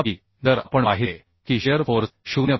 तथापि जर आपण पाहिले की शिअर फोर्स 0